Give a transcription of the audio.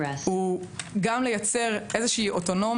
אנחנו לא יושבים פה סתם כדי